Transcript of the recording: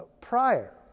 prior